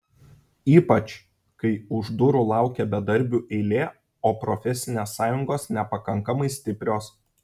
ypač kai už durų laukia bedarbių eilė o profesinės sąjungos nepakankamai stiprios